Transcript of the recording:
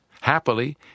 happily